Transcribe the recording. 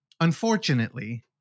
unfortunately-